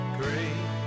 great